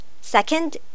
Second